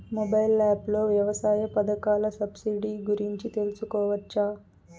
Mobile app లో వ్యవసాయ పథకాల సబ్సిడి గురించి తెలుసుకోవచ్చా?